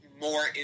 more